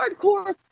hardcore